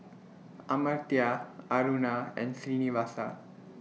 Amartya Aruna and Srinivasa